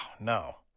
no